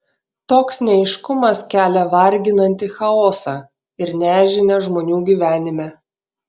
toks neaiškumas kelia varginantį chaosą ir nežinią žmonių gyvenime